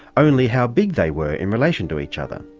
only how big they were in relation to each other.